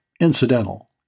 incidental